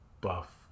buff